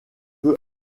peu